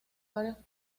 varios